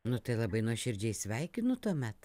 nu tai labai nuoširdžiai sveikinu tuomet